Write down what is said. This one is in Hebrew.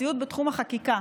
מציאות בתחום החקיקה,